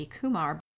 Kumar